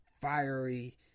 fiery